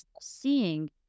seeing